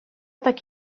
так